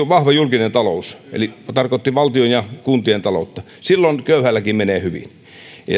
vahva julkinen talous eli tarkoitti valtion ja kuntien taloutta ja silloin köyhälläkin menee hyvin